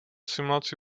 simulaci